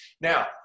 Now